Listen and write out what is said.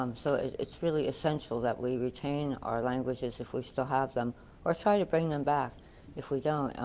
um so it's really essential that we retain our languages if we still have them or try to bring them back if we don't.